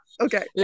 Okay